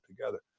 together